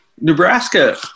Nebraska